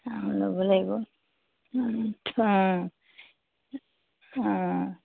ল'ব লাগিব